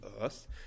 earth